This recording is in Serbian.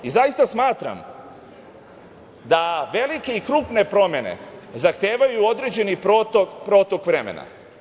Zaista smatram da veliki i krupne promene zahtevaju određeni protok vremena.